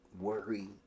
worry